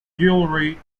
jewelry